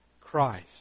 Christ